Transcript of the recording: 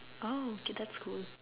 oh okay that's cool